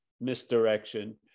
misdirection